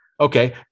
okay